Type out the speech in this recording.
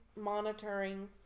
monitoring